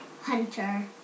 hunter